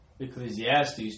Ecclesiastes